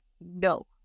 No